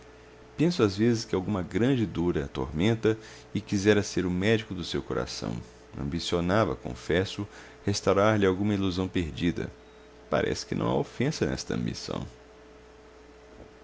penso às vezes que alguma grande dor a atormenta e quisera ser o médico do seu coração ambicionava confesso restaurar lhe alguma ilusão perdida parece que não há ofensa nesta